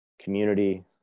community